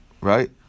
right